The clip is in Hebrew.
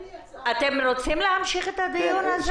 היא יצאה --- אתם רוצים להמשיך את הדיון הזה?